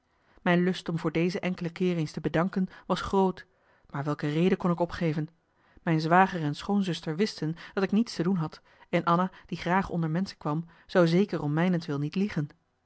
mijn lust om voor deze enkele keer eens te bedanken was groot maar welke reden kon ik opgeven mijn zwager en schoonzuster wisten dat ik niets te doen had en anna die graag onder menschen kwam zou zeker om mijnentwil niet liegen